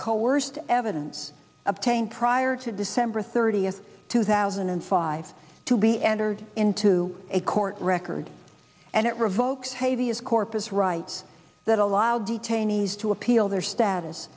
coerced evidence obtained prior to december thirtieth two thousand and five to be entered into a court record and it revokes havey is corpus rights that allow detainees to appeal their status